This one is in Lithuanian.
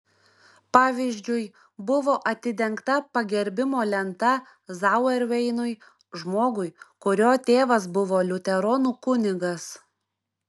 pavyzdžiui buvo atidengta pagerbimo lenta zauerveinui žmogui kurio tėvas buvo liuteronų kunigas